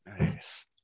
Nice